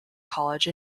college